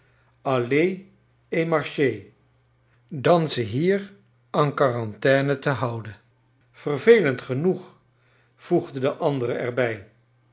et marcher dan ze hier en quarantine te houdenl verveiend geno g voegde de andere er